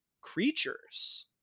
creatures